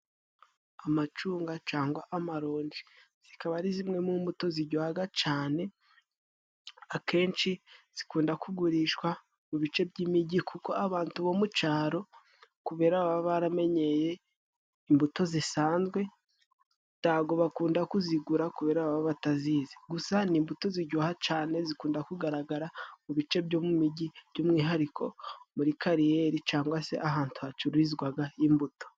Amacunga cane amarongi, zikaba ari zimwe mu mbuto ziryoga cane .Akenshi zikunda kugurishwa mu bice by'imijyi ,kuko abo mu cyaro bamenyereye imbuto zisanzwe, ntago bakunda kuzigura batazizi. gusa n'imbuto ziryoha cane zikunda kugaragara mu bice byo muimijyi .Byumwihariko muri kariyeri cyangwa ahantu hacururizwaga imbuto.